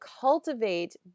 cultivate